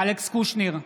אלכס קושניר,